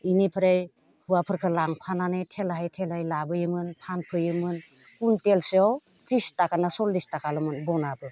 बिनिफ्राय हौवाफोरखौ लांफानानै थेलायै थेलायै लाबोयोमोन फानफैयोमोन कुविन्टेलसेयाव त्रिस ताका ना सल्लिस ताकाल'मोन बनआबो